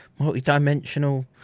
multidimensional